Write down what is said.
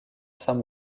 saint